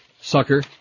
sucker